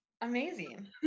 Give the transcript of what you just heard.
Amazing